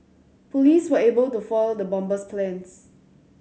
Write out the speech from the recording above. police were able to foil the bomber's plans